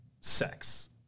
sex